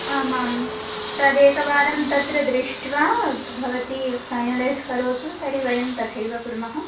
आमां तदेकवारं तत्र दृष्ट्वा भवती फ़ैनलैज़् करोतु तर्हि वयं तथैव कुर्मः